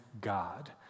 God